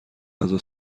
غذا